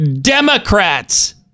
Democrats